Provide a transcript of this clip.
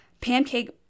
Pancake